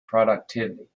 productivity